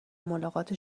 ملاقات